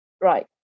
right